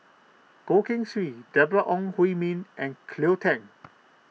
Goh Keng Swee Deborah Ong Hui Min and Cleo Thang